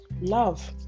love